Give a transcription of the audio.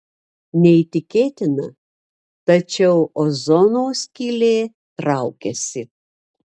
neįtikėtina tačiau ozono skylė traukiasi